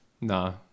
No